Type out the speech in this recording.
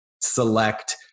select